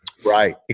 Right